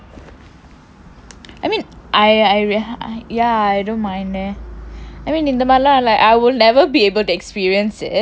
I mean I I ya I don't mind eh I mean இந்த மாதிரி எல்லாம்:indtha maathiri ellaam like I will never be able to experience it